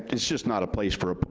it's just not a place for a, ah,